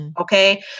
Okay